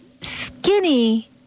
skinny